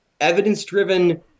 evidence-driven